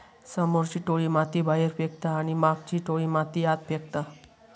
समोरची टोळी माती बाहेर फेकता आणि मागची टोळी माती आत फेकता